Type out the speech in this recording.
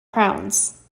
crowns